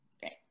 Great